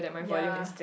ya